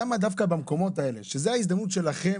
למה דווקא במקומות האלה שזה ההזדמנות שלכם